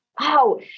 wow